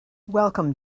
welcome